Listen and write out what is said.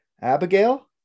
Abigail